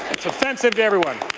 it's offensive to everyone.